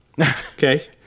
Okay